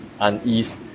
unease